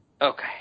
Okay